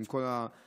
עם כל המשמעויות.